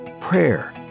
Prayer